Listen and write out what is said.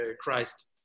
Christ